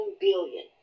billion